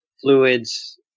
fluids